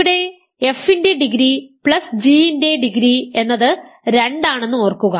ഇവിടെ f ൻറെ degree g ൻറെ ഡിഗ്രി എന്നത് 2 ആണെന്ന് ഓർക്കുക